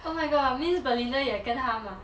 oh my god means belinda 也跟他买